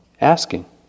asking